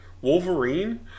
Wolverine